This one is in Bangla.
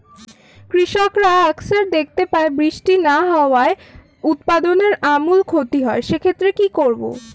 কৃষকরা আকছার দেখতে পায় বৃষ্টি না হওয়ায় উৎপাদনের আমূল ক্ষতি হয়, সে ক্ষেত্রে কি করব?